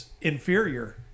inferior